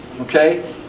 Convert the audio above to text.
Okay